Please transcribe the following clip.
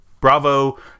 bravo